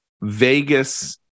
vegas